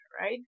right